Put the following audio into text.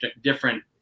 different